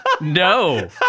No